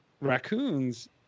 Raccoons